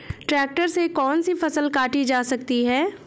Tractor से कौन सी फसल काटी जा सकती हैं?